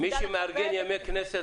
מי שמארגן ימי כנסת,